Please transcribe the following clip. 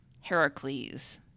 Heracles